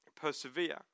persevere